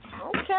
Okay